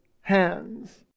hands